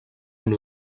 amb